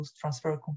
transfer